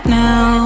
now